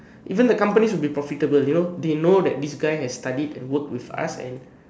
even the companies will be profitable you know they know that this guy has studied and work with us and